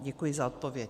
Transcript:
Děkuji za odpověď.